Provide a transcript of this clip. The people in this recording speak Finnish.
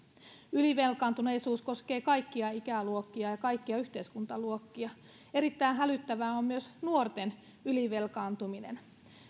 ylivelkaantuneisuus koskee kaikkia ikäluokkia ja kaikkia yhteiskuntaluokkia erittäin hälyttävää on myös nuorten ylivelkaantuminen